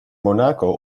monaco